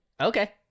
Okay